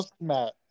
Matt